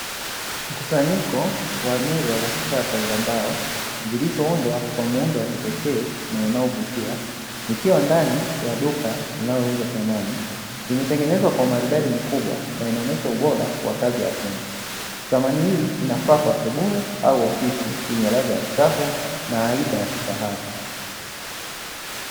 Mkusanyiko wa meza za kisasa za mbao, zilizoundwa kwa muundo wa kipekee na unaovutia, ukiwa ndani ya duka linalouza samani, imetengenezwa kwa umaridadi mkubwa na unaonyesha ubora wa kazi ya fundi. Samani hii inafaa kwa sebule au ofisi yenye ladha ya kisasa na haiba ya kifahari.